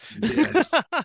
Yes